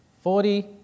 Forty